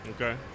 Okay